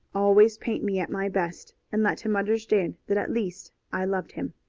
always paint me at my best, and let him understand that at least i loved him.